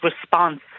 response